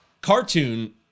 cartoon